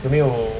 有没有